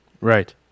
Right